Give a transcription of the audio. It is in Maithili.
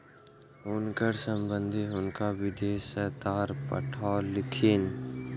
हुनकर संबंधि हुनका विदेश सॅ तार पठौलखिन